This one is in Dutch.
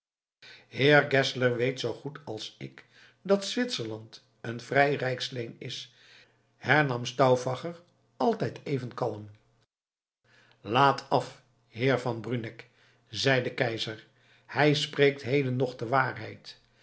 geszler weet zoo goed als ik dat zwitserland een vrij rijksleen is hernam stauffacher altijd even kalm laat af heer van bruneck zeide de keizer hij spreekt heden nog de waarheid